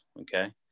Okay